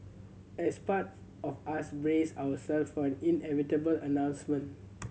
as part of us braced ourselves for an inevitable announcement